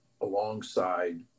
alongside